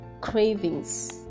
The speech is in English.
cravings